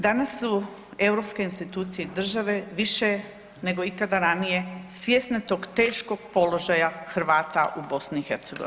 Danas su europske institucije države više nego ikada ranije svjesne tog teškog položaja Hrvata u BiH.